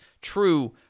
true